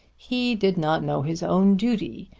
he did not know his own duty.